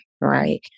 right